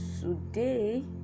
today